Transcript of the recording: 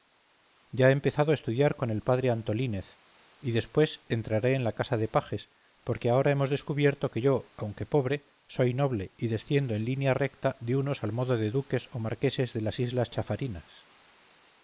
ya he empezado a estudiar con el padre antolínez y después entraré en la casa de pajes porque ahora hemos descubierto que yo aunque pobre soy noble y desciendo en línea recta de unos al modo de duques o marqueses de las islas chafarinas